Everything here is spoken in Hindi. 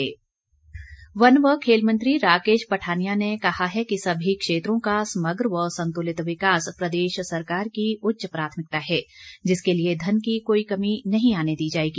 राकेश पठानिया वन व खेल मंत्री राकेश पठानिया ने कहा है कि समी क्षेत्रों का समग्र व संतुलित विकास प्रदेश सरकार की उच्च प्राथमिकता है जिसके लिए धन की कोई कमी नहीं आने दी जाएगी